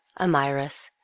amyras,